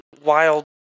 wild